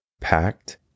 packed